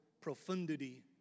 profundity